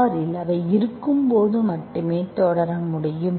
R இல் அவை இருக்கும்போது மட்டுமே தொடர முடியும்